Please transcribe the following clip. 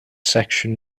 section